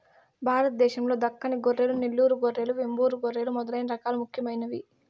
భారతదేశం లో దక్కని గొర్రెలు, నెల్లూరు గొర్రెలు, వెంబూరు గొర్రెలు మొదలైన రకాలు ముఖ్యమైనవి